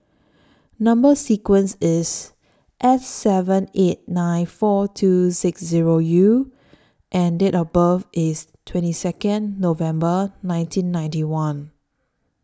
Number sequence IS S seven eight nine four two six Zero U and Date of birth IS twenty Second November nineteen ninety one